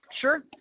Sure